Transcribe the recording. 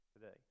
today